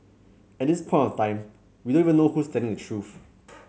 at this point of time we don't even know who's telling the truth